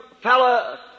fella